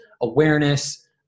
awareness